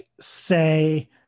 say